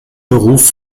beruf